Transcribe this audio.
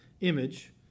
image